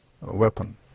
weapon